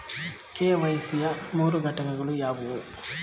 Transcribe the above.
KYC ಯ ಮೂರು ಘಟಕಗಳು ಯಾವುವು?